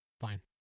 Fine